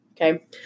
Okay